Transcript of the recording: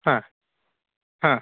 हा हा